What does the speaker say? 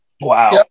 Wow